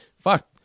Fuck